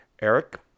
Eric